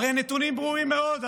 הרי הנתונים ברורים מאוד,